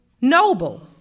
noble